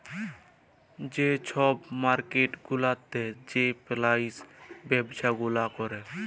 যে ছব মার্কেট গুলাতে যে পইসার ব্যবছা গুলা ক্যরে